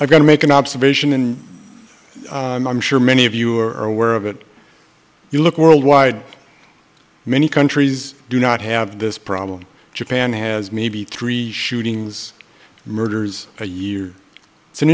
i got to make an observation i'm sure many of you are aware of it you look worldwide many countries do not have this problem japan has maybe three shootings murders a year it's an